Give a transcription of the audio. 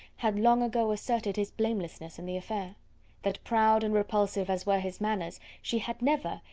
had long ago asserted his blamelessness in the affair that proud and repulsive as were his manners, she had never,